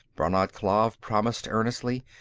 brannad klav promised earnestly.